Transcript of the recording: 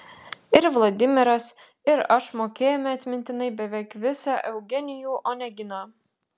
ir vladimiras ir aš mokėjome atmintinai beveik visą eugenijų oneginą